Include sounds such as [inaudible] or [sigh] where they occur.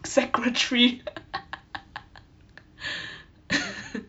secretary [noise] [breath] [coughs]